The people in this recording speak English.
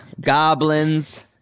goblins